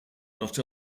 not